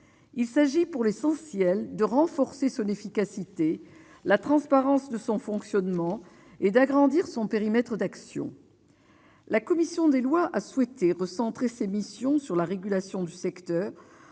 il s'agit pour l'essentiel de renforcer son efficacité, la transparence de son fonctionnement et d'agrandir son périmètre d'action. La commission des lois a souhaité recentrer ses missions sur la régulation du secteur,